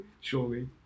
Surely